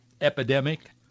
epidemic